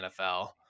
NFL